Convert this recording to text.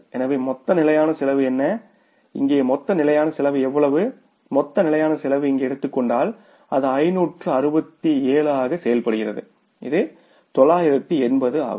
எனவே மொத்த நிலையான செலவு என்ன இங்கே மொத்த நிலையான செலவு எவ்வளவு மொத்த நிலையான செலவு இங்கு எடுத்துக் கொண்டால் அது 567 ஆக செயல்படுகிறது இது 980 ஆகும்